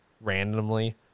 randomly